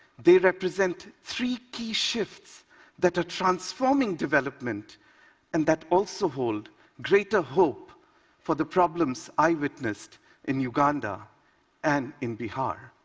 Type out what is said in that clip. they represent three key shifts that are transforming development and that also hold greater hope for the problems i witnessed in uganda and in bihar.